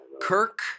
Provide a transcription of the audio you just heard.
Kirk